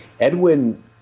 Edwin